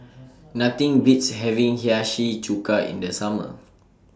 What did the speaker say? Nothing Beats having Hiyashi Chuka in The Summer